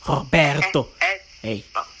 Roberto